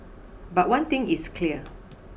but one thing is clear